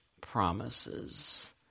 promises